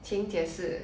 请解释